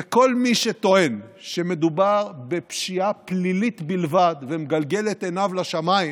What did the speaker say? וכל מי שטוען שמדובר בפשיעה פלילית בלבד ומגלגל את עיניו לשמיים